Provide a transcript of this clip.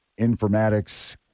Informatics